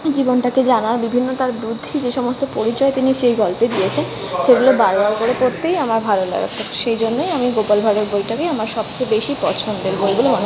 জীবনটাকে জানার বিভিন্ন তার বুদ্ধি যে সমস্ত পরিচয় তিনি সেই গল্পে দিয়েছেন সেগুলো বার বার করে পড়তেই আমার ভালো লাগে সেই জন্যই আমি গোপাল ভাঁড়ের বইটাকেই আমার সবচেয়ে বেশি পছন্দের বই বলে মনে